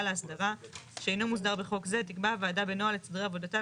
להסדרה שאינו מוסדר בחוק זה תקבע הוועדה בנוהל את סדרי עבודתה,